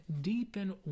deepen